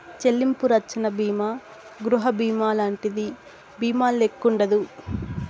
చెల్లింపు రచ్చన బీమా గృహబీమాలంటి బీమాల్లెక్కుండదు